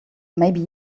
maybe